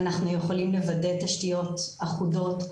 אנחנו יכולים לוודא תשתיות אחודות.